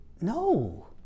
No